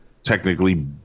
technically